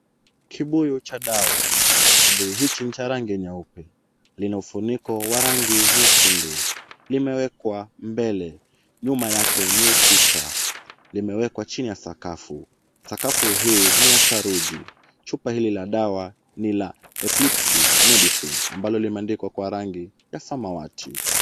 Kibuyu cha dawa, kibuyu hiki ni cha rangi nyeupe lina ufuniko wa rangi nyekundu, limewekwa mbele, nyuma yake ni ukuta. Limewekwa chini ya sakafu. Sakafu hii ni ya saruji. Chupa hili la dawa ni la epilepsy medicine ambalo limeandikwa kwa rangi ya samawati.